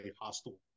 hostile